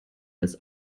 das